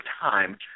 time